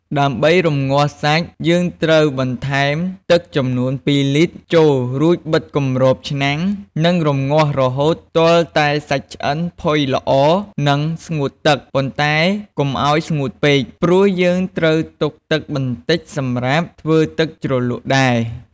ដើម្បីរម្ងាស់សាច់ យើងត្រូវបន្ថែម ទឹកចំនួន២លីត្រ ចូល រួចបិទគម្របឆ្នាំង និងរម្ងាស់រហូតទាល់តែសាច់ឆ្អិនផុយល្អ និងស្ងួតទឹក ប៉ុន្តែកុំឱ្យស្ងួតពេក ព្រោះយើងត្រូវទុកទឹកបន្តិចសម្រាប់ធ្វើទឹកជ្រលក់ដែរ។